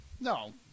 No